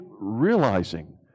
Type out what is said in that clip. realizing